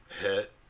hit